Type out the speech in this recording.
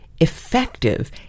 effective